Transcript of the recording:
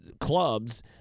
clubs